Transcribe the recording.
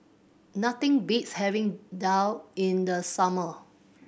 nothing beats having daal in the summer